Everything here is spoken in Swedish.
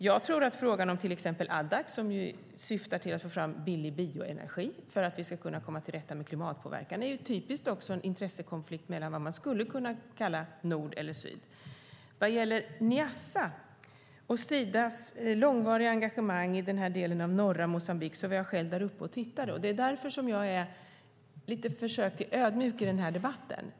Jag tror att frågan om till exempel Addax, som syftar till att få fram billig bioenergi för att vi ska kunna komma till rätta med klimatpåverkan, typiskt är en intressekonflikt mellan vad man skulle kunna kalla nord eller syd. Vad gäller Niassa och Sidas långvariga engagemang i den delen av norra Moçambique: Jag var själv där uppe och tittade. Det är därför jag gör ett litet försök att vara ödmjuk i debatten.